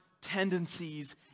tendencies